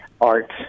art